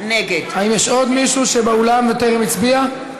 נגד האם יש עוד מישהו באולם שטרם הצביע?